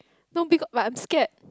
no because but I'm scared